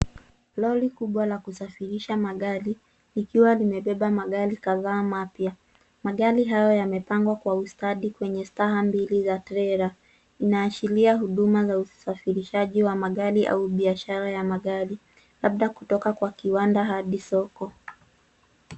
Lori kubwa la kusafirisha magari, likiwa limebeba magari kadhaa mapya. Magari hayo yamepangwa kwa ustadi, kwenye staha mbili za trela. Inaashiria huduma za usafirishaji wa magari au biashara ya magari, labda kutoka kwa kiwanda hadi soko.